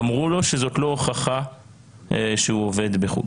ואמרו לו שזאת לא הוכחה שהוא עובד בחו"ל.